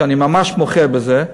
ואני ממש מוחה על זה,